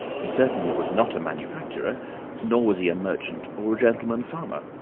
he certainly was not a manufacturer nor was he a merchant or a gentleman farmer.